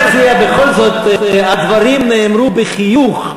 אני מציע בכל זאת: הדברים נאמרו בחיוך.